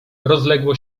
rozlegało